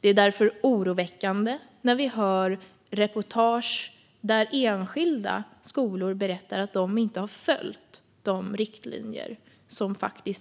Det är därför oroande att i reportage höra enskilda skolor berätta att de inte har följt de riktlinjer som